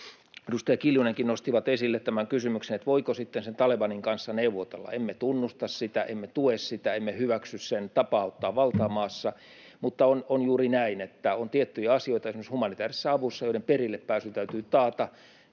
edustaja Kiljunenkin nostivat esille tämän kysymyksen, voiko Talebanin kanssa neuvotella. Emme tunnusta sitä, emme tue sitä, emme hyväksy sen tapaa ottaa valtaa maassa, mutta on juuri näin, että on tiettyjä asioita, esimerkiksi humanitäärisessä avussa, joiden perille pääsy täytyy taata,